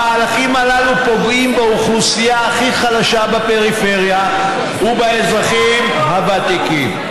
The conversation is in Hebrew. המהלכים הללו פוגעים באוכלוסייה הכי חלשה בפריפריה ובאזרחים הוותיקים.